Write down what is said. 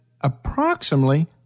approximately